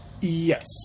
Yes